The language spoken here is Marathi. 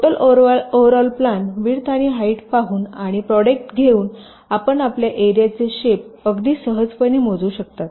तर टोटल ओव्हरऑल प्लॅन विड्थ आणि हाईट पाहून आणि प्रॉडक्ट घेऊन आपण आपल्या एरियाचे शेप अगदी सहजपणे मोजू शकता